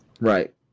right